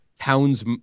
town's